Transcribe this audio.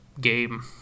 game